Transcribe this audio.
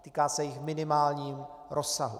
Týká se jich v minimálním rozsahu.